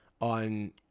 On